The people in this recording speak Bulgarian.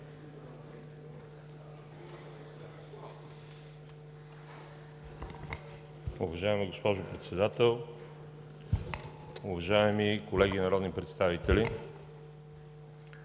Уважаема госпожо Председател! Уважаеми колеги народни представители!